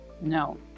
No